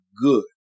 good